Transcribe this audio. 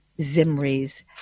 Zimri's